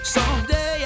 Someday